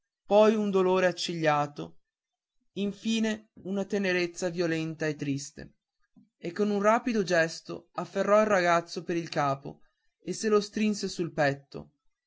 poi un dolore accigliato infine una tenerezza violenta e triste e con un rapido gesto afferrò il ragazzo per il capo e se lo strinse sul petto